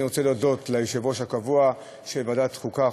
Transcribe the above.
אני רוצה להודות ליושב-ראש הקבוע של ועדת החוקה,